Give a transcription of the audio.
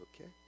okay